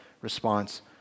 response